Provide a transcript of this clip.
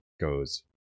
goes